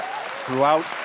throughout